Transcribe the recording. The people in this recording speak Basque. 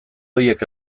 horiek